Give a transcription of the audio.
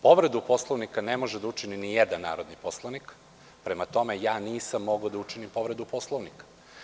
Povredu Poslovnika ne može da učini ni jedan narodni poslanik, prema tome, ja nisam mogao da učinim povredu Poslovnika.